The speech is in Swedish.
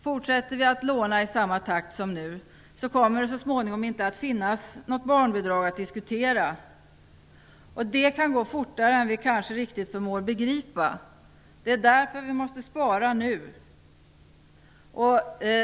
Fortsätter vi att låna i samma takt som nu kommer det så småningom inte att finnas något barnbidrag att diskutera. Det kan gå fortare än vi kanske riktigt förmår begripa. Vi måste därför spara nu.